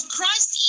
Christ